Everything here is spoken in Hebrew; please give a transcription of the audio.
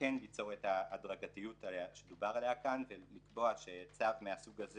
כן ליצור את ההדרגתיות שדובר עליה כאן ולקבוע שצו מהסוג הזה